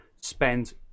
spend